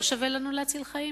לא שווה לנו להציל חיים?